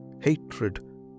hatred